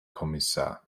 kommissar